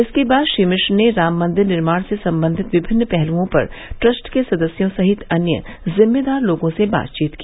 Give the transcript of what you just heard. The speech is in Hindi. इसके बाद श्री मिश्र ने राम मंदिर निर्माण से संबंधित विभिन्न पहलुओं पर ट्रस्ट के सदस्यों सहित अन्य ज़िम्मेदार लोगों से बातचीत की